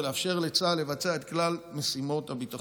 ולאפשר לצה"ל לבצע את כלל משימות הביטחון.